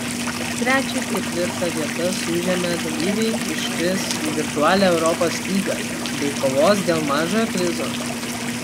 trečią ir ketvirtą vietas užėmę dalyviai iškris į virtualią europos lygą bei kovos dėl mažojo prizo